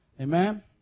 Amen